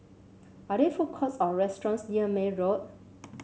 are there food courts or restaurants near May Road